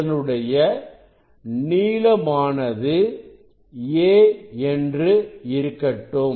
அதனுடைய நீளமானது a என்று இருக்கட்டும்